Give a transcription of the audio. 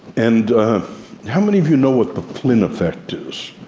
and how many of you know what the flynn effect is?